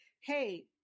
hey